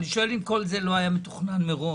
אני שואל אם כל זה לא היה מתוכנן מראש.